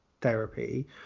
therapy